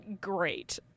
great